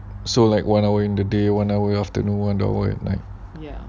so like one hour in the day one hour in the afternoon one hour at night